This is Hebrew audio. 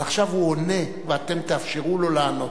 אבל עכשיו הוא עונה ואתם תאפשרו לו לענות.